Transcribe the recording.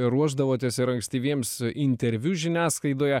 ruošdavotės ir ankstyviems interviu žiniasklaidoje